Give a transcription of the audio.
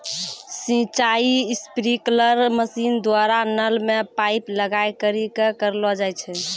सिंचाई sprinkler machine द्वारा नल मे पाइप लगाय करि क करलो जाय छै